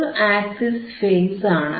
ഒരു axis phase ആണ്